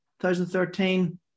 2013